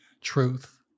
truth